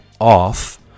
off